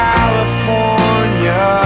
California